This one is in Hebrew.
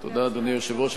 תודה, אדוני היושב-ראש.